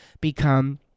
become